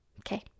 Okay